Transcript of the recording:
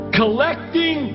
collecting